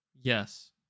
Yes